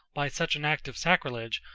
by such an act of sacrilege,